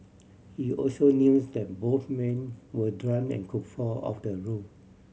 he also news that both men were drunk and could fall off the roof